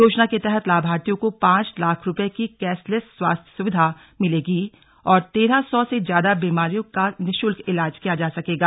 योजना के तहत लाभार्थियों को पांच लाख रूपये की कैशलेस स्वास्थ्य सुविधा मिलेगी और तेरह सौ से ज्यादा बीमारियों का निशुल्क इलाज किया जा सकेगा